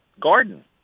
garden